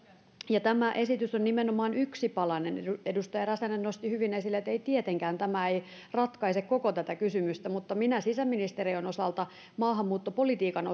tämä esitys on nimenomaan yksi palanen edustaja räsänen nosti hyvin esille että tietenkään tämä ei ratkaise koko tätä kysymystä mutta minä sisäministeriön osalta maahanmuuttopolitiikan